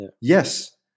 Yes